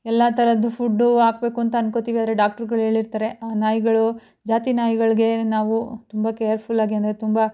ಎಲ್ಲ ಥರದ್ದು ಫುಡ್ಡು ಹಾಕ್ಬೇಕು ಅಂತ ಅನ್ಕೊತೀವಿ ಆದರೆ ಡಾಕ್ಟ್ರುಗಳು ಹೇಳಿರ್ತಾರೆ ನಾಯಿಗಳು ಜಾತಿ ನಾಯಿಗಳಿಗೆ ನಾವು ತುಂಬ ಕೇರ್ಫುಲ್ಲಾಗಿ ಅಂದರೆ ತುಂಬ